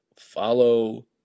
Follow